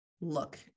look